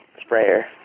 sprayer